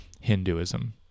Hinduism